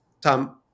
Tom